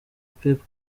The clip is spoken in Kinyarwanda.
pep